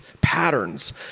patterns